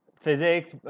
physics